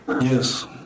Yes